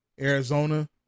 Arizona